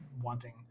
wanting